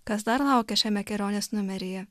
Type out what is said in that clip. kas dar laukia šiame kelionės numeryje